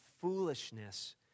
foolishness